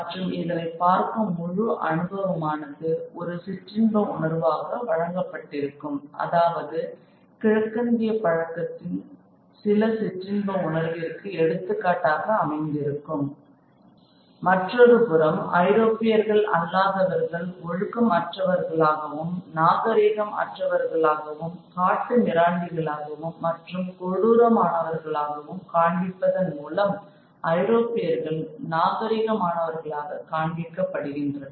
மற்றும் இதனை பார்க்கும் முழு அனுபவமானது ஒரு சிற்றின்ப உணர்வாக வழங்கப்பட்டிருக்கும் அதாவது கிழக்கத்திய பழக்கத்தின் சில சிற்றின்ப உணர்விற்கு எடுத்துக்காட்டாக அமைந்திருக்கும் மற்றொருபுறம் ஐரோப்பியர்கள் அல்லாதவர்கள் ஒழுக்கம் அற்றவர்களாகவும் நாகரீகம் அற்றவர்களாகவும் காட்டுமிராண்டிகளாகவும் மற்றும் கொடூரமானவர்கள் ஆகவும் காண்பிப்பதன் மூலம் ஐரோப்பியர்கள் நாகரிகமானவர்களாக காண்பிக்கப்படுகின்றனர்